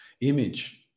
image